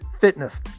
fitness